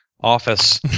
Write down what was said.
office